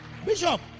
Bishop